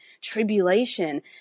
tribulation